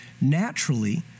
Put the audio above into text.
naturally